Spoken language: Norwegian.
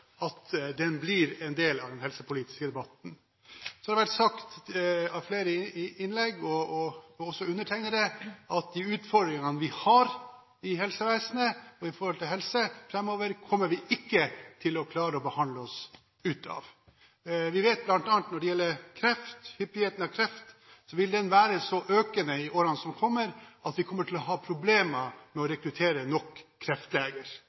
at den blir en del av den helsepolitiske debatten. Så har det vært sagt av flere, og også av undertegnede, at de utfordringene vi har i helsevesenet framover, kommer vi ikke til å klare å behandle oss ut av. Vi vet bl.a. når det gjelder hyppigheten av kreft, vil den være så økende i årene som kommer at vi kommer til å ha problemer med å rekruttere nok kreftleger